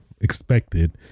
expected